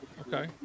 Okay